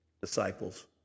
disciples